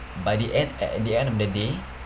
by the end a~ at the end of the day